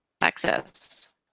Access